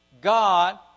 God